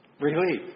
Relief